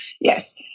yes